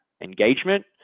engagement